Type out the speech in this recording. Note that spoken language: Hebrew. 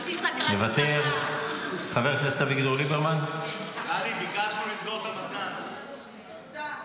חברת הכנסת מרום, לא נוכחת,